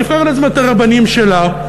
תבחר לעצמה את הרבנים שלה.